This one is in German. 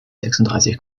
sechsunddreißig